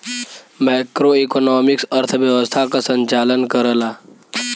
macroeconomics अर्थव्यवस्था क संचालन करला